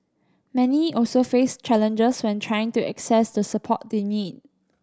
many also face challenges when trying to access the support they need